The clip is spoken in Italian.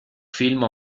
film